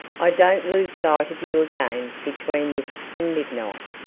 i don't lose sight of you again between this and midnight.